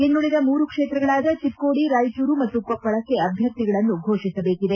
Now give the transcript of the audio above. ಇನ್ನುಳಿದ ಮೂರು ಕ್ಷೇತ್ರಗಳಾದ ಚಿಕ್ಕೋಡಿ ರಾಯಚೂರು ಮತ್ತು ಕೊಪ್ಪಳಕ್ಕೆ ಅಭ್ಯರ್ಥಿಗಳನ್ನು ಘೋಷಿಸಬೇಕಿದೆ